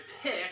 pick